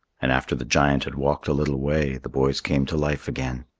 and after the giant had walked a little way, the boys came to life again.